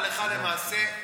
הלכה למעשה,